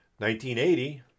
1980